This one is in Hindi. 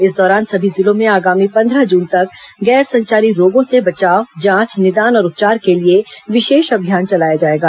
इस दौरान सभी जिलों में आगामी पंद्रह जून तक गैर संचारी रोगों से बचाव जांच निदान और उपचार के लिए विशेष अभियान चलाया जाएगा